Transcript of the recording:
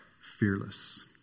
fearless